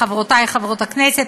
חברותי חברות הכנסת,